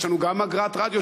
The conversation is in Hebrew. ויש לנו גם אגרת רדיו,